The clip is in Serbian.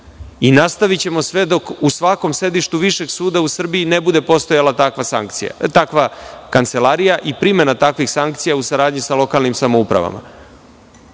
i nastavićemo sve dok u svakom sedištu višeg suda u Srbiji ne bude postojala takva kancelarija i primena takvih sankcija u saradnji sa lokalnim samoupravama.